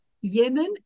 Yemen